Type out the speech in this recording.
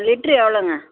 litre எவ்வளோங்க